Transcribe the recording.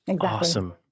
Awesome